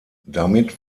damit